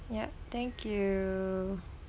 yup thank you